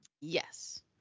Yes